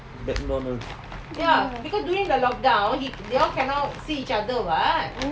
that no no no